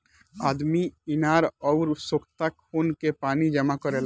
आदमी इनार अउर सोख्ता खोन के पानी जमा करेला